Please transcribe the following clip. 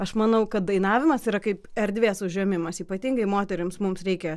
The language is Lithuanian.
aš manau kad dainavimas yra kaip erdvės užėmimas ypatingai moterims mums reikia